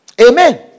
Amen